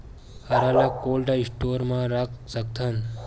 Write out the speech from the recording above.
हरा ल cold store म रख सकथन?